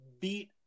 beat